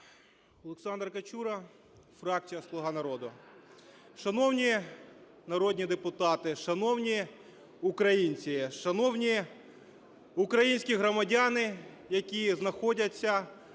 Олександр Качура, фракція "Слуга народу". Шановні народні депутати, шановні українці, шановні українські громадяни, які знаходяться